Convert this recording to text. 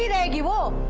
and you all